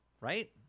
right